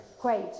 great